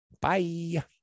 Bye